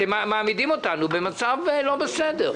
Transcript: אתם מעמידים אותנו במצב לא בסדר.